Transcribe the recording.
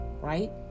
right